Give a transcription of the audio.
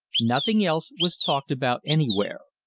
nothing else was talked about anywhere.